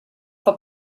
for